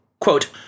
Quote